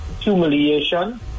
humiliation